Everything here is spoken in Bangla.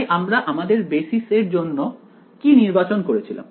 তাই আমরা আমাদের বেসিস এর জন্য কি নির্বাচন করেছিলাম